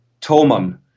Toman